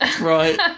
Right